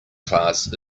class